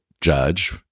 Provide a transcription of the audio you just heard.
judge